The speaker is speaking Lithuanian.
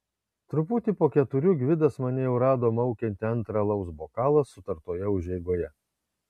truputį po keturių gvidas mane jau rado maukiantį antrą alaus bokalą sutartoje užeigoje